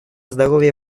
здоровье